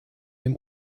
dem